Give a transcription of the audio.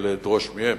ולדרוש מהם?